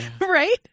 Right